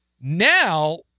now